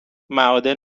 معادن